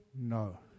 No